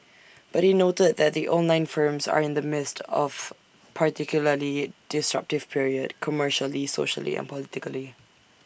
but he noted that the online firms are in the midst of particularly disruptive period commercially socially and politically